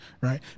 right